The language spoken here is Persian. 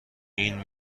این